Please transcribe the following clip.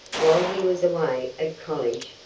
while he was away at college,